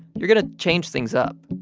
you're going to change things up